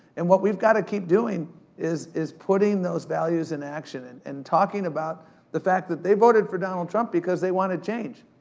and what we've gotta keep doing is is putting those values in action. and and talking about the fact that they voted for donald trump because they wanted change,